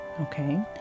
Okay